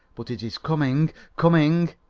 but it is coming coming.